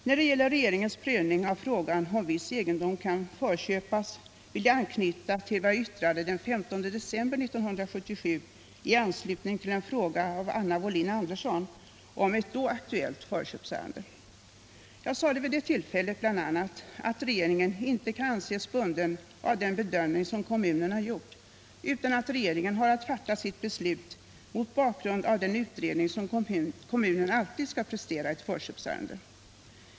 När det gäller regeringens prövning av frågan, om viss egendom kan förköpas, vill jag anknyta till vad jag yttrade den 15 december 1977 i anslutning till en fråga av Anna Wohlin-Andersson om ett då aktuellt förköpsärende. Jag sade vid det tillfället bl.a. att regeringen inte kan anses bunden av den bedömning som kommunen har gjort, utan att regeringen har att fatta sitt beslut mot bakgrund av den utredning som kommunen alltid skall prestera i ett förköpsärende.